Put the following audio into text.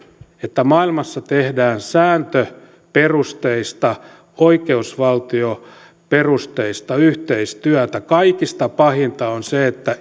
että maailmassa tehdään sääntöperusteista oikeusvaltioperusteista yhteistyötä kaikista pahinta on se että